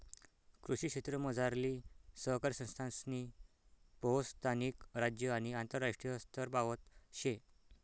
कृषी क्षेत्रमझारली सहकारी संस्थासनी पोहोच स्थानिक, राज्य आणि आंतरराष्ट्रीय स्तरपावत शे